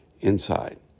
inside